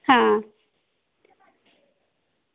आं